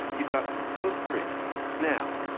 you've got those three now,